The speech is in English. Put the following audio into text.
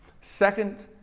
Second